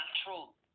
natural